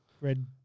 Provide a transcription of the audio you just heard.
red